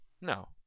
No